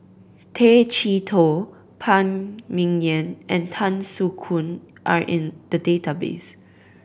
Tay Chee Toh Phan Ming Yen and Tan Soo Khoon are in the database